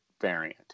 variant